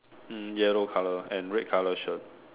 hmm yellow color and red color shirt